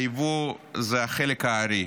היבוא זה חלק הארי.